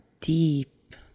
deep